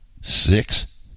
six